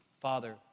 Father